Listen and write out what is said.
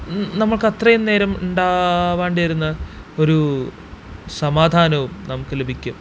നമുക്കത്രയും നേരം ഉണ്ടാവേണ്ടിയിരുന്ന ഒരു സമാധാനവും നമുക്ക് ലഭിക്കും